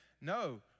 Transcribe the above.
no